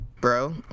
bro